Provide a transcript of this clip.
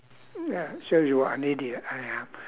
ya shows you're an idiot I am